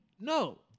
No